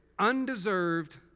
undeserved